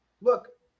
look